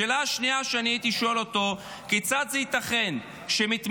השאלה השנייה שאני הייתי שואל אותו: כיצד זה ייתכן שמתמיכה